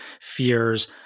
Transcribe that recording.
fears